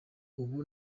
ubu